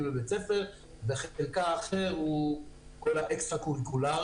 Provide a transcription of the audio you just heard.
בבית ספר וחלקה האחר הוא כל האקס-קוריקולרי.